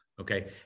okay